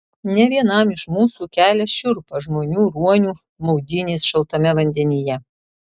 ne vienam iš mūsų kelia šiurpą žmonių ruonių maudynės šaltame vandenyje